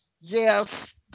yes